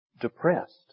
depressed